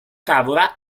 tavola